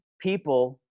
people